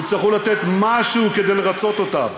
יצטרכו לתת משהו כדי לרצות אותם,